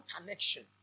connection